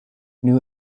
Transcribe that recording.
new